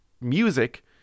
music